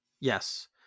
Yes